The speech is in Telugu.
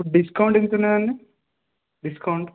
ఇప్పుడు డిస్కౌంట్ ఎంత ఉంది అండి డిస్కౌంట్